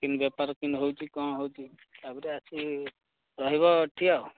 କେମିତି ବେପାର କେମିତି ହେଉଛି କଣ ହେଉଛି ତାପରେ ଆସି ରହିବ ଏଠି ଆଉ